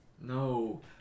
No